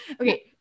Okay